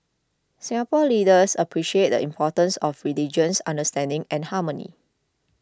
Singapore leaders appreciate the importance of religious understanding and harmony